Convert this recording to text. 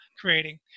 creating